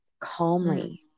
calmly